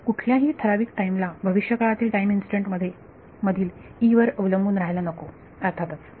हा कुठल्या ही ठराविक टाईम ला भविष्यकाळातील टाईम इन्स्टंट मधील वर अवलंबून राहायला नको अर्थातच